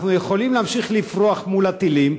אנחנו יכולים להמשיך לפרוח מול הטילים,